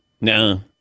No